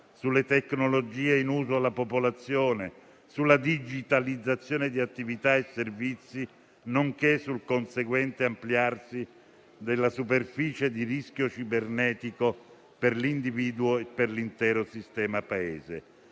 sulle tecnologie in uso alla popolazione, sulla digitalizzazione di attività e servizi, nonché sul conseguente ampliarsi della superficie di rischio cibernetico per l'individuo e per l'intero sistema Paese.